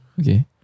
Okay